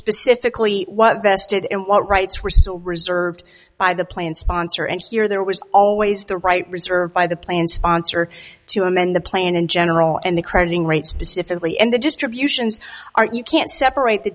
specifically what vested and what rights were still reserved by the plan sponsor and here there was always the right reserve by the plan sponsor to amend the plan in general and the crediting rate specifically and the distributions aren't you can't separate the